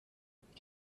qu’est